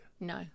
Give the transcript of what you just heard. No